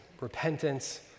repentance